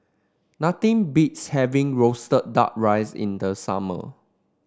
nothing beats having roasted duck rice in the summer